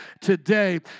today